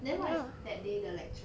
then what is that day the lecture